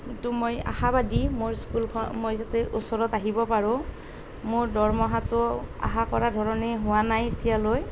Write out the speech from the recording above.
কিন্তু মই আশাবাদী মোৰ স্কুলখনৰ মই যাতে ওচৰত আহিব পাৰোঁ মোৰ দৰমহাটোও আশা কৰা ধৰণে হোৱা নাই এতিয়ালৈ